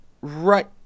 Right